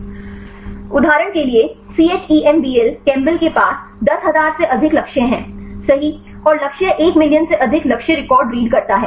उदाहरण के लिए ChEMBEL केमबेल के पास 10000 से अधिक लक्ष्य हैं सही और लक्ष्य एक मिलियन से अधिक लक्ष्य रिकॉर्ड रीड करता है